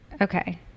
Okay